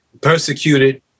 persecuted